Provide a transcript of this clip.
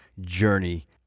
journey